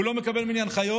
הוא לא מקבל ממני הנחיות,